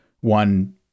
One